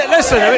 Listen